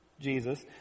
Jesus